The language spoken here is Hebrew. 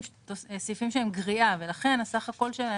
4,